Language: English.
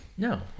No